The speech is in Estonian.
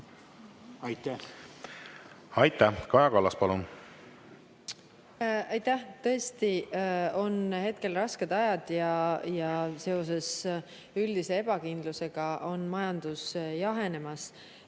palun! Aitäh! Kaja Kallas, palun! Aitäh! Tõesti on hetkel rasked ajad ja seoses üldise ebakindlusega on majandus jahenemas